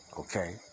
Okay